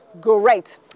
great